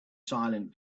silent